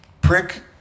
Prick